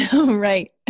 right